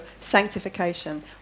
sanctification